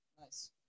Nice